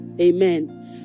Amen